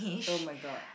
[oh]-my-god